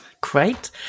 Great